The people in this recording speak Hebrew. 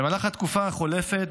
במהלך התקופה החולפת,